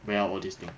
well all this thing